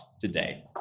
today